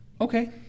Okay